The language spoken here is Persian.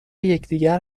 یکدیگر